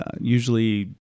Usually